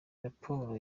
raporo